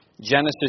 Genesis